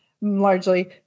largely